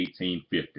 1850